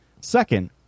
Second